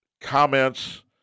comments